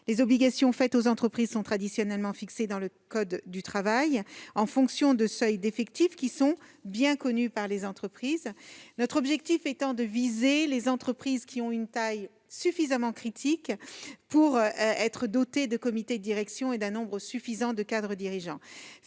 les obligations imposées aux entreprises sont traditionnellement fixées dans le code du travail en fonction de seuils d'effectifs qui sont bien connus par les entreprises. Notre objectif est de viser les entreprises ayant une taille assez importante pour être dotées de comités de direction et d'un nombre suffisant de cadres dirigeants.